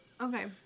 Okay